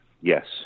Yes